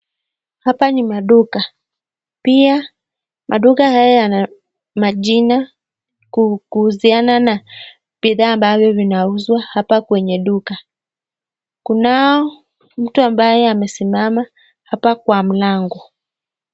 Hapa ni maduka. Pia maduka haya yana majina kuhusiana na bidhaa ambavyo zinauzwa hapa kwenye duka. Kunao mtu ambaye amesimama hapa kwa mlango.